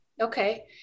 Okay